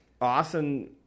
awesome